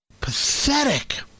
pathetic